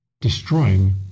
destroying